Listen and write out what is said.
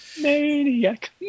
Maniac